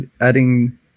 adding